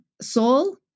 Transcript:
soul